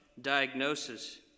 diagnosis